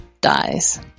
dies